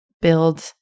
build